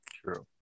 True